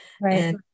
Right